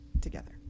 together